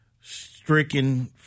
stricken